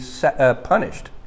punished